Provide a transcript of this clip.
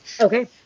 Okay